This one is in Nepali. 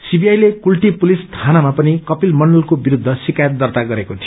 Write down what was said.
सीबीआई ले कुल्टी पुसिस थानामा पनि क्रपिल मण्डलको विरूद्ध शिकायत दर्त्ता गरेको थियो